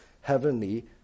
heavenly